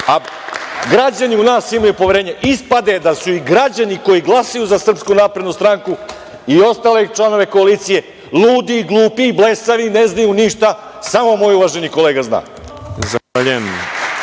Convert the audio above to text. a građani u nas imaju poverenje. Ispada da su i građani koji glasaju za Srpsku naprednu stranku i ostale članove koalicije ludi i glupi, blesavi, ne znaju ništa, samo moj uvaženi kolega zna.